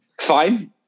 fine